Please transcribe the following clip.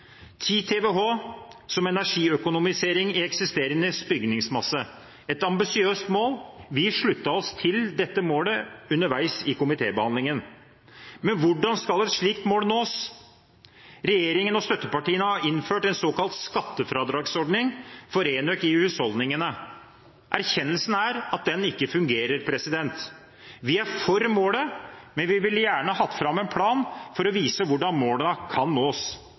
TWh energiøkonomisering i eksisterende bygningsmasse er et ambisiøst mål. Vi sluttet oss til dette målet underveis i komitébehandlingen. Men hvordan skal et slikt mål nås? Regjeringen og støttepartiene har innført en såkalt skattefradragsordning for enøk i husholdningene. Erkjennelsen er at den ikke fungerer. Vi er for målet, men vi ville gjerne hatt fram en plan for å vise hvordan målene kan nås.